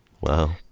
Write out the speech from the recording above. Wow